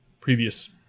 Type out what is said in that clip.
previous